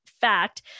fact